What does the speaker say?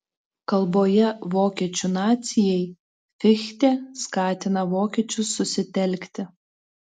kalboje vokiečių nacijai fichtė skatina vokiečius susitelkti